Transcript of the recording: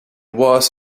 was